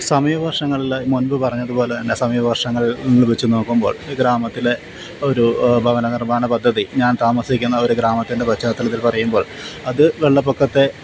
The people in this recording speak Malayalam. സമീപ വശങ്ങളിൽ ഈ മുൻപ് പറഞ്ഞതുപോലെ തന്നെ സമീപവശങ്ങളിൽ വെച്ച് നോക്കുമ്പോൾ ഗ്രാമത്തിലെ ഒരു ഭവന നിർമ്മാണ പദ്ധതി ഞാൻ താമസിക്കുന്ന ഒരു ഗ്രാമത്തിൻ്റെ പശ്ചാത്തലത്തിൽ പറയുമ്പോൾ അത് വെള്ളപ്പൊക്കത്തെ